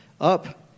Up